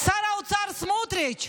שר האוצר סמוטריץ',